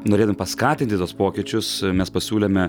norėdami paskatinti tuos pokyčius mes pasiūlėme